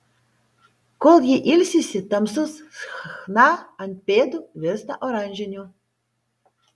kol ji ilsisi tamsus chna ant pėdų virsta oranžiniu